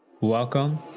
Welcome